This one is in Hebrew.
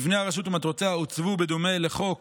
מבנה הרשות ומטרותיה עוצבו בדומה לחוק